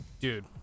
Dude